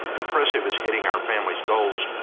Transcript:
impressive is hitting our family's goals.